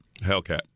Hellcat